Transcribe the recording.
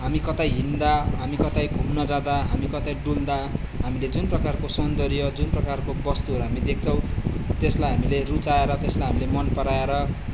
हामी कतै हिँड्दा हामी कतै घुम्न जाँदा हामी कतै डुल्दा हामीले जुन प्रकारको सौन्दर्य जुन प्रकारको वस्तुहरू हामी देख्छौँ त्यसलाई हामीले रुचाएर त्यसलाई हामीले मनपराएर